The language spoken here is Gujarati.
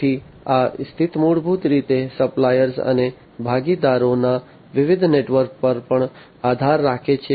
તેથી આ સ્થિતિ મૂળભૂત રીતે સપ્લાયર્સ અને ભાગીદારોના વિવિધ નેટવોર્ક પર પણ આધાર રાખે છે